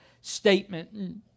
statement